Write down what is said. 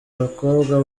abakobwa